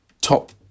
top